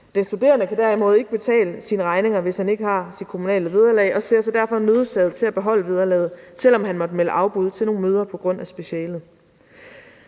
Den studerende kan derimod ikke betale sine regninger, hvis han ikke har sit kommunale vederlag og ser sig derfor nødsaget til at beholde vederlaget, selv om han måtte melde afbud til nogle møder på grund af specialet.